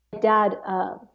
dad